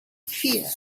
fear